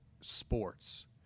sports